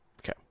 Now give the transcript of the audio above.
Okay